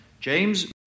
James